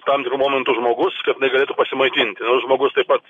tam tikru momentu žmogus kad jinai galėtų pasimaitinti tas žmogus taip pat